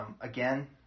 Again